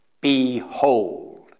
behold